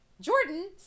Jordan